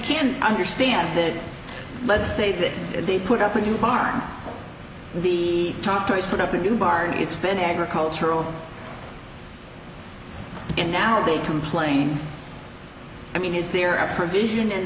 can understand that let's say that they put up a new bar on the top price put up a new bar and it's been agricultural and now they complain i mean is there are provision in